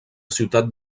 ciutat